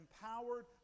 empowered